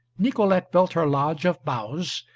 nicolete built her lodge of boughs,